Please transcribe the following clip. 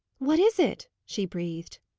what is it? she breathed.